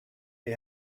may